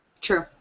True